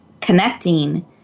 connecting